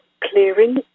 clearing